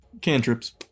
Cantrips